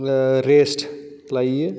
rest लाययो